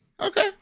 Okay